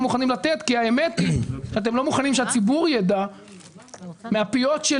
מוכנים לתת כי האמת היא שאתם לא מוכנים שהציבור ידע מהפיות של